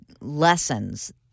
lessons